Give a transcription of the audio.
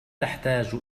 تحتاج